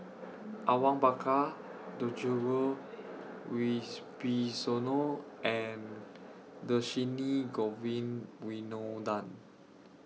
Awang Bakar Djoko Wibisono and Dhershini Govin Winodan